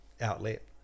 outlet